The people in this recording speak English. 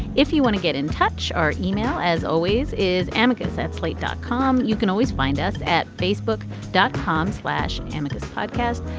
if you want to get in touch, our e-mail, as always, is amica at slate dot com. you can always find us at facebook dot com slash amita's podcast.